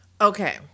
Okay